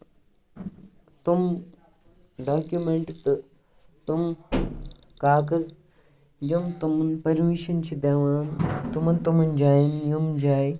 تٔمۍ ڈاکومینٹہٕ تہٕ تٔمۍ کاغز یہِ تمَن پررمِشن چھِ دِوان تمِن تمِن جاین یِم جایہِ